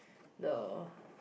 the